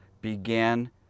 began